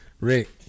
Rick